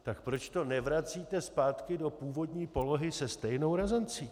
Tak proč to nevracíte zpátky do původní polohy se stejnou razancí?